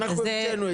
זה אנחנו המצאנו את זה.